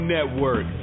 Network